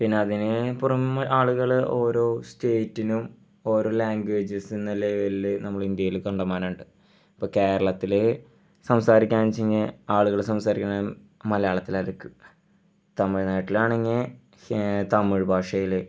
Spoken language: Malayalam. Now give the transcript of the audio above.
പിന്നെ അതിന് അപ്പുറം ആളുകൾ ഓരോ സ്റ്റേറ്റിനും ഓരോ ലാംഗ്വേജസെന്ന നിലയിൽ നമ്മുടെ ഇന്ത്യയിൽ കണ്ടമാനം ഉണ്ട് ഇപ്പം കേരളത്തിൽ സംസാരിക്കാമെന്ന് വെച്ച് കഴിഞ്ഞാൽ ആളുകൾ സംസാരിക്കണേ മലയാളത്തിലായിരിക്കും തമിഴ്നാട്ടിൽ ആണെങ്കിൽ ശേ തമിഴ് ഭാഷയിൽ